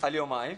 על יומיים,